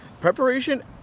Preparation